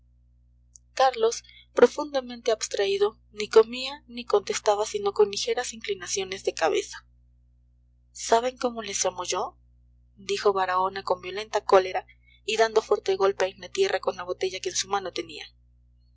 carlos profundamente abstraído ni comía ni contestaba sino con ligeras inclinaciones de cabeza saben cómo les llamo yo dijo baraona con violenta cólera y dando fuerte golpe en la tierra con la botella que en su mano tenía